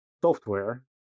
software